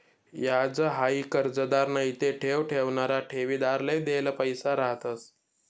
याज हाई कर्जदार नैते ठेव ठेवणारा ठेवीदारले देल पैसा रहातंस